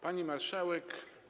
Pani Marszałek!